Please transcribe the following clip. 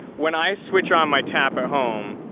when i switch on my tap at home,